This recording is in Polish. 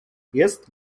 jest